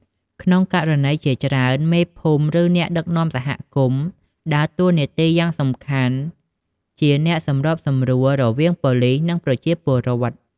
ក្នុងករណីជាច្រើន មេភូមិ ឬអ្នកដឹកនាំសហគមន៍ ដើរតួនាទីយ៉ាងសំខាន់ជា អ្នកសម្របសម្រួល រវាងប៉ូលិស និងប្រជាពលរដ្ឋ។